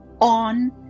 on